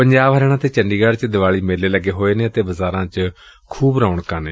ਪੰਜਾਬ ਹਰਿਆਣਾ ਅਤੇ ਚੰਡੀਗੜ੍ਹ ਚ ਦੀਵਾਲੀ ਮੇਲੇ ਲੱਗੇ ਹੋਏ ਨੇ ਅਤੇ ਬਾਜ਼ਾਰਾਂ ਚ ਖੂਬ ਰੌਣਕਾਂ ਨੇ